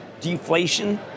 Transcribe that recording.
deflation